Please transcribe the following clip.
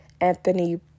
Anthony